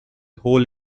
whole